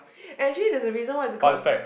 and actually there's a reason why it's called